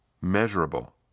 measurable